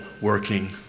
working